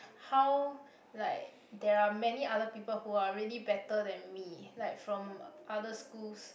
how like there are many other people who are really better than me like from other schools